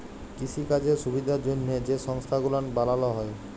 কিসিকাজের সুবিধার জ্যনহে যে সংস্থা গুলান বালালো হ্যয়